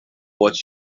what